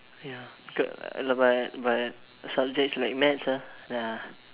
ya got lah but but subject like maths ah ya